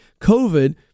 COVID